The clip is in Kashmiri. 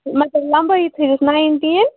مطلب لَمبٲیی تھٲیزیوس نایِنٹیٖن